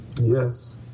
Yes